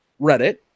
reddit